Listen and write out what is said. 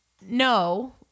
no